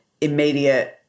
immediate